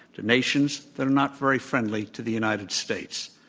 to nations that are not very friendly to the united states.